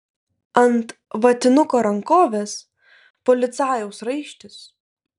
ant vatinuko rankovės policajaus raištis